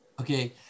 Okay